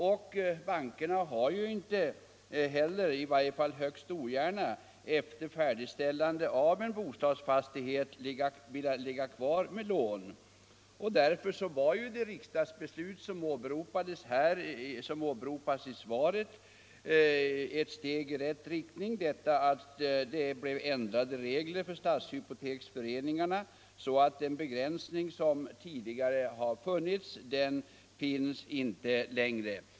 Och bankerna har där inte heller eller i varje fall högst ogärna efter färdigställande av en bostadsfastighet velat ligga kvar med lån. Därför var det ett steg i rätt riktning då riksdagen fattade det i svaret åberopade beslutet om sådan ändring i reglerna för stadshypoteksföreningarna att den tidigare begränsningen av deras belåningsområde slopades.